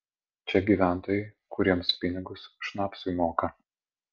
čia gyventojai kuriems pinigus šnapsui moka